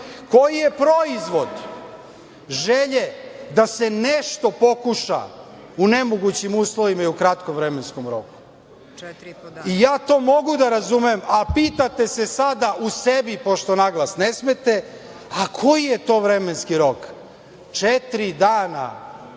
Koji je proizvod želje da se nešto pokuša u nemogućim uslovima u kratkom vremenskom roku? Ja to mogu da razumem, a pitate se sada u sebi, pošto na glas ne smete, a koji je to vremenski rok? Četiri dana,